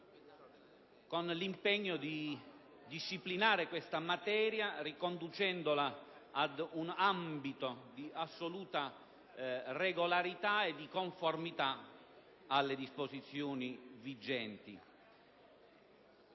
con l'impegno di disciplinare questa materia riconducendola ad un ambito di assoluta regolarità e conformità alle disposizioni vigenti.